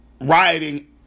rioting